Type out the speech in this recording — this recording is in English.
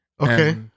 Okay